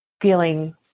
feeling